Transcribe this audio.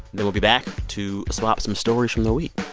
but we'll be back to swap some stories from the week